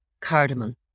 cardamom